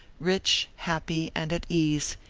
rich, happy and at ease,